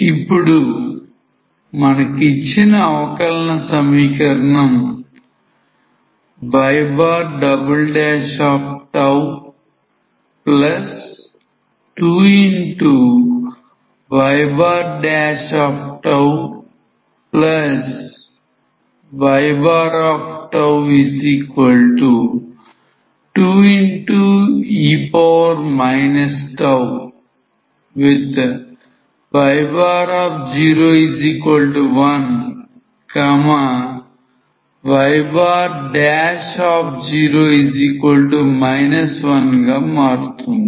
ఇప్పుడు మనకిచ్చిన అవకలన సమీకరణం y2yy2e τ with y01 y0 1గా మారుతుంది